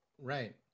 Right